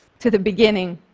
to the beginning.